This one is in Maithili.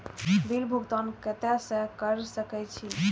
बिल भुगतान केते से कर सके छी?